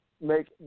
make